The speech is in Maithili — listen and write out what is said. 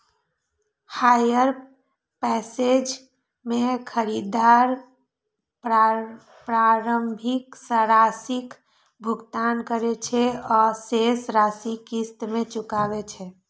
हायर पर्चेज मे खरीदार प्रारंभिक राशिक भुगतान करै छै आ शेष राशि किस्त मे चुकाबै छै